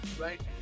right